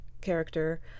character